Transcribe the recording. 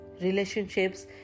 Relationships